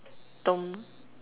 don't